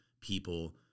people